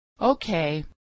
Okay